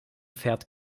fährt